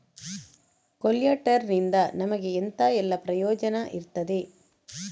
ಕೊಲ್ಯಟರ್ ನಿಂದ ನಮಗೆ ಎಂತ ಎಲ್ಲಾ ಪ್ರಯೋಜನ ಇರ್ತದೆ?